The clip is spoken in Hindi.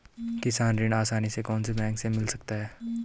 किसान ऋण आसानी से कौनसे बैंक से मिल सकता है?